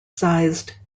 sized